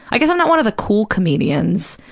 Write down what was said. i guess i'm not one of the cool comedians,